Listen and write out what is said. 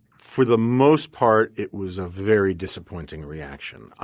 for the most part, it was a very disappointing reaction.